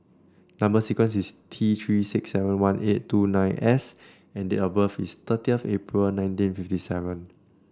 number sequence is T Three six seven one eight two nine S and date of birth is thirtieth April nineteen fifty seven